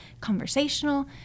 conversational